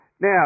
Now